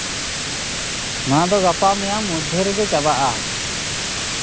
ᱱᱚᱣᱟ ᱫᱚ ᱜᱟᱯᱟ ᱢᱮᱭᱟᱝ ᱢᱚᱫᱽᱫᱷᱮ ᱨᱮᱜᱮ ᱪᱟᱵᱟᱜᱼᱟ